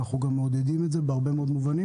אנחנו גם מעודדים את זה בהרבה מאוד מובנים.